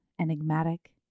enigmatic